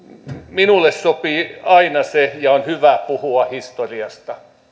minulle sopii aina se että puhutaan ja on hyvä puhua historiasta